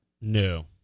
No